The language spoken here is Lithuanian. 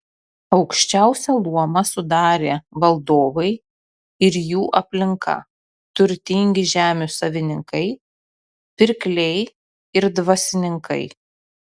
aukščiausią luomą sudarė valdovai ir jų aplinka turtingi žemių savininkai pirkliai ir dvasininkai